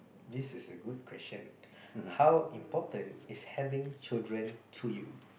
this is a good question how important is having children to you